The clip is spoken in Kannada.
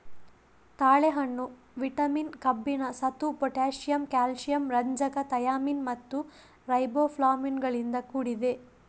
ತಾಳೆಹಣ್ಣು ವಿಟಮಿನ್, ಕಬ್ಬಿಣ, ಸತು, ಪೊಟ್ಯಾಸಿಯಮ್, ಕ್ಯಾಲ್ಸಿಯಂ, ರಂಜಕ, ಥಯಾಮಿನ್ ಮತ್ತು ರೈಬೋಫ್ಲಾವಿನುಗಳಿಂದ ಕೂಡಿದೆ